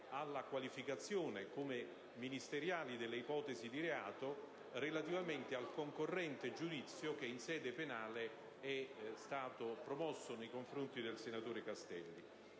alla qualificazione come ministeriale delle ipotesi di reato relativamente al concorrente giudizio promosso in sede penale nei confronti del senatore Castelli.